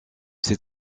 ces